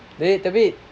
eh tapi